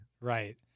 Right